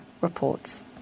reports